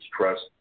trust